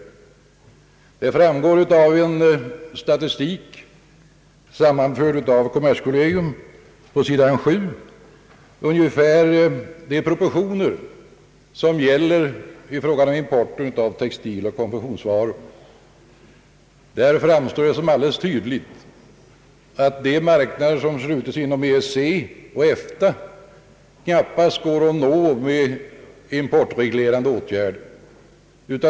Av en statistik på sidan 7 i utlåtandet, sammanställd av kommerskollegium, framgår ungefär de proportioner som gäller i fråga om import av textiloch konfektionsvaror. Där framstår det som alldeles tydligt att de marknader som slutits inom EEC och EFTA knappast kan nås med importreglerande åtgärder.